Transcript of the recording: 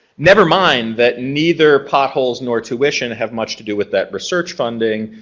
never mind that neither potholes nor tuition have much to do with that research funding.